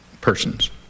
persons